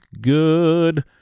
good